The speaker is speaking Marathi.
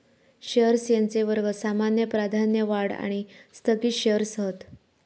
शेअर्स यांचे वर्ग सामान्य, प्राधान्य, वाढ आणि स्थगित शेअर्स हत